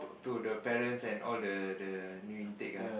to the parents and all the the new intake ah